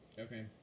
okay